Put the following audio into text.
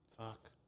Fuck